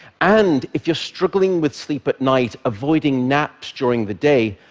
and if you're struggling with sleep at night, avoiding naps during the day,